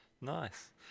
Nice